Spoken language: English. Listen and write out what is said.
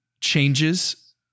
changes